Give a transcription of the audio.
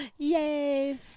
Yay